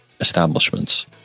establishments